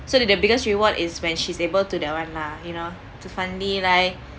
so the the biggest reward is when she's able to that one lah you know to finally like